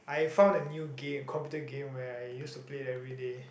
I found the new game computer game where I use to play everyday